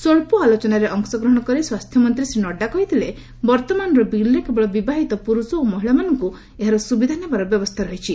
ସ୍ୱଚ୍ଚ ଆଲୋଚନାରେ ଅଂଶଗ୍ରହଣ କରି ସ୍ୱାସ୍ଥ୍ୟମନ୍ତ୍ରୀ ଶ୍ରୀ ନଡ୍ରା କହିଥିଲେ ବର୍ତ୍ତମାନର ବିଲ୍ରେ କେବଳ ବିବାହିତ ପୁରୁଷ ଓ ମହିଳାମାନଙ୍କୁ ଏହାର ସୁବିଧା ନେବାର ବ୍ୟବସ୍ଥା ରହିଛି